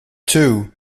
two